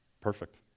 Perfect